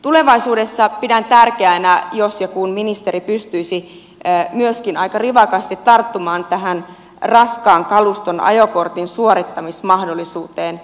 tulevaisuudessa pidän tärkeänä jos ja kun ministeri pystyisi myöskin aika rivakasti tarttumaan tähän raskaan kaluston ajokortin suorittamismahdollisuuteen